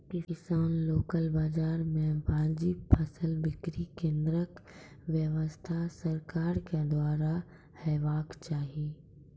किसानक लोकल बाजार मे वाजिब फसलक बिक्री केन्द्रक व्यवस्था सरकारक द्वारा हेवाक चाही?